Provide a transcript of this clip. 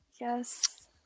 Yes